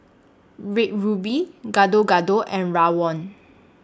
Red Ruby Gado Gado and Rawon